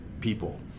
people